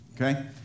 Okay